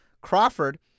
Crawford